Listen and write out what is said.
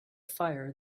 fire